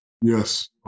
Yes